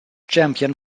champion